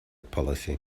policy